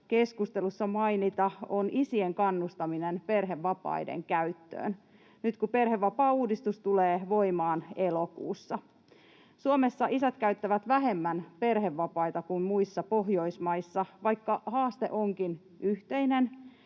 keskustelussa mainita, on isien kannustaminen perhevapaiden käyttöön nyt kun perhevapaauudistus tulee voimaan elokuussa. Suomessa isät käyttävät vähemmän perhevapaita kuin muissa Pohjoismaissa, vaikka haaste onkin yhteinen